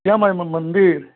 श्यामा माइ मन्दिर